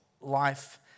life